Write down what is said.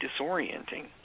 disorienting